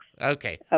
Okay